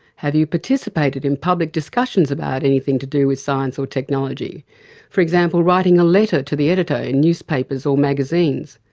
have you participated in public discussions about anything to do with science or technology for example, writing a letter to the editor in newspapers or magazines,